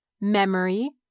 memory